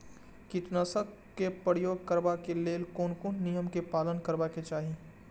कीटनाशक क प्रयोग करबाक लेल कोन कोन नियम के पालन करबाक चाही?